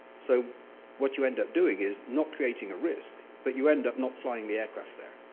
so what you end up doing is not creating a risk, but you end up not flying the aircraft there.